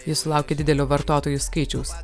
ji sulaukė didelio vartotojų skaičiaus